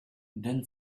then